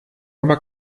aber